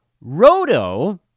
Roto